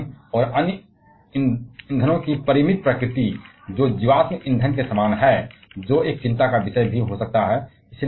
uranium और अन्य ईंधनों की परिमित प्रकृति जो जीवाश्म ईंधन के समान है जो एक चिंता का विषय भी हो सकता है